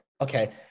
okay